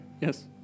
Yes